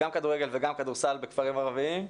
גם כדורגל וגם כדורסל בכפרים ערביים.